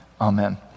Amen